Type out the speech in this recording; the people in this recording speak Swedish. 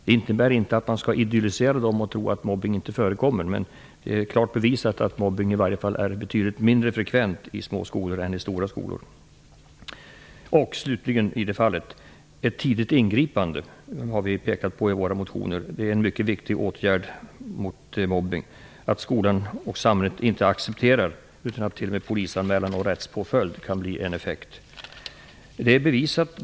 Det innebär inte att man skall idyllisera dem och tro att mobbning inte förekommer där. Men det är klart bevisat att mobbning i varje fall är betydligt mindre frekvent i små skolor än i stora skolor. I våra motioner har vi också pekat på att ett tidigt ingripande är en mycket viktig åtgärd mot mobbning. Det är viktigt att skolan och samhället visar att man inte accepterar mobbning utan att det t.o.m. kan bli en polisanmälan och en rättspåföljd.